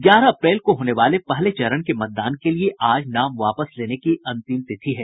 ग्यारह अप्रैल को होने वाले पहले चरण के मतदान के लिये आज नाम वापस लेने की अंतिम तिथि है